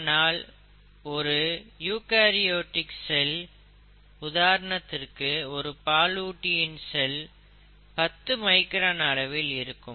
ஆனால் ஒரு eukaryotic cell உதாரணதிற்கு ஒரு பாலூட்டியின் செல் mammal's cell 10 மைக்ரான் அளவில் இருக்கும்